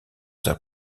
their